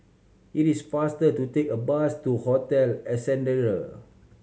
it is faster to take a bus to Hotel Ascendere